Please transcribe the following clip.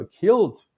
killed